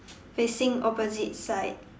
facing opposite side